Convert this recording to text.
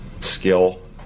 skill